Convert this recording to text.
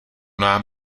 nám